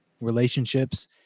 relationships